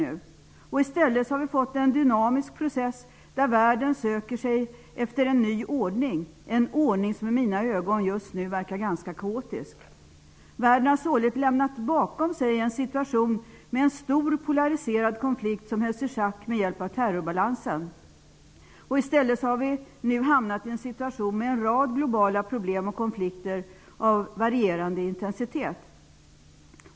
I stället har vi fått en dynamisk process, där världen söker efter en ny ordning -- en ordning som i mina ögon just nu verkar ganska kaotisk. Världen har således lämnat bakom sig en situation med en stor, polariserad konflikt, som hölls i schack med hjälp av terrorbalansen. I stället har vi nu hamnat i en situation med en rad globala problem och konflikter av varierande intensitet.